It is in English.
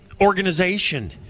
organization